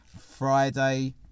Friday